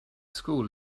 school